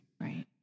Right